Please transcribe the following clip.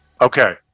Okay